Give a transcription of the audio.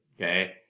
okay